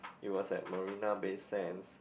it was at Marina-Bay-Sands